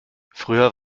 früher